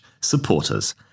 supporters